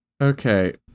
Okay